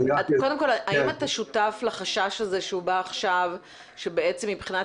אם אתה שותף לחשש הזה שהובע עכשיו שבעצם מבחינת